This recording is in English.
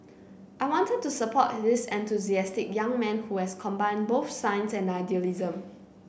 I wanted to support this enthusiastic young man who has combined both science and idealism